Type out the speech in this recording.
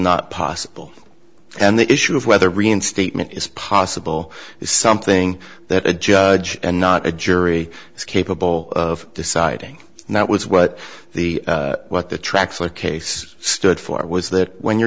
not possible and the issue of whether reinstatement is possible is something that a judge and not a jury is capable of deciding that was what the what the tracks a case stood for was that when you're